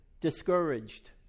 discouraged